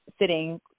sitting